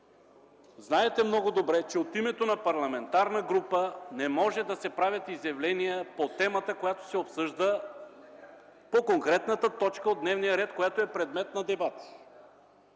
Знаете много добре, че от името на парламентарна група не може да се правят изявления по темата, която се обсъжда по конкретната точка от дневния ред, която е предмет на дебати.